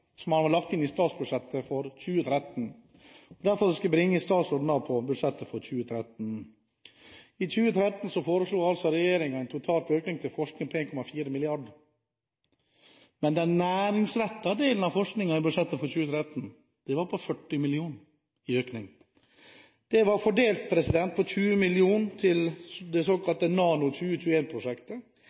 som er lagt inn i statsbudsjettet for 2013. Derfor skal jeg bringe statsråden over på statsbudsjettet for 2013. I 2013 foreslår regjeringen en total økning til forskning på 1,4 mrd. kr. Men den næringsrettede delen av forskningen i budsjettet for 2013 fikk en økning på 40 mill. kr. Det var fordelt på 20 mill. kr til det såkalte